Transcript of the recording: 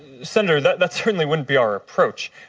senator, that that certainly wouldn't be our approach.